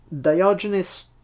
Diogenes